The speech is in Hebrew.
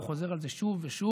הוא חוזר על זה שוב ושוב,